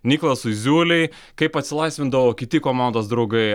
nikolasui ziūlei kaip atsilaisvindavo kiti komandos draugai